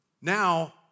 Now